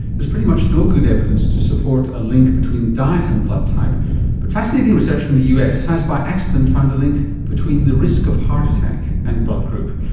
there's pretty much no good evidence to support a link between diet and blood type but fascinating research from the us has by accident found a link between the risk of heart attack and blood group.